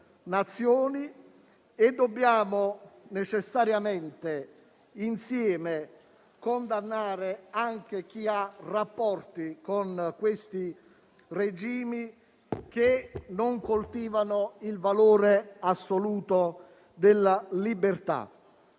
E dobbiamo necessariamente insieme condannare anche chi ha rapporti con quei regimi che non coltivano il valore assoluto della libertà.